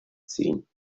ziehen